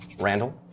Randall